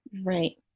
right